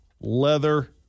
leather